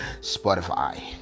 spotify